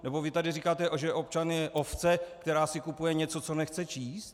Nebo vy tady říkáte, že občan je ovce, která si kupuje něco, co nechce číst?